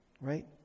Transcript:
Right